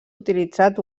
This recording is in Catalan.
utilitzat